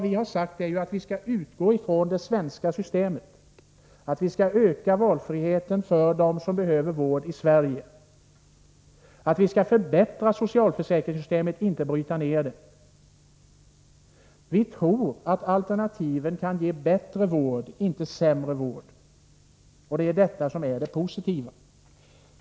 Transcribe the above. Vi har sagt att vi skall utgå från det svenska systemet och öka valfriheten för dem som behöver vård i Sverige. Vi skall förbättra socialförsäkringssystemet, inte bryta ner det. Vi tror att alternativen kan ge bättre vård, inte sämre. Det är detta som är det positiva.